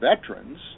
veterans